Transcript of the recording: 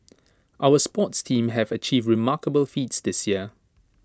our sports teams have achieved remarkable feats this year